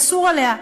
אסור עליה.